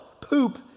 poop